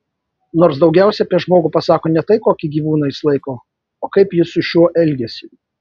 nors daugiausiai apie žmogų pasako ne tai kokį gyvūną jis laiko o kaip jis su šiuo elgiasi